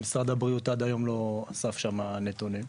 משרד הבריאות עד היום לא אסף שם נתונים.